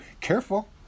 careful